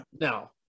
Now